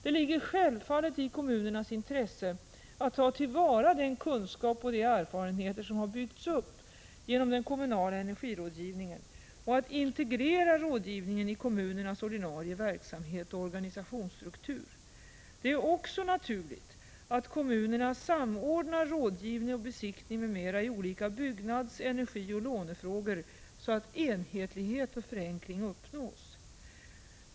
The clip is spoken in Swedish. Det ligger självfallet i kommunernas intresse att ta till vara den kunskap och de erfarenheter som har byggts upp genom den kommunala energirådgivningen och att integrera rådgivningen i kommuner nas ordinarie verksamhet och organisationsstruktur. Det är också naturligt — Prot. 1985/86:110 att kommunerna samordnar rådgivning och besiktning m.m. i olika bygg 7 april 1986 nads-, energioch lånefrågor, så att enhetlighet och förenkling uppnås.